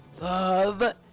love